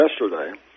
yesterday